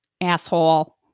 asshole